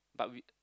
but we